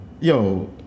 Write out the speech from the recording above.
Yo